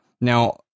Now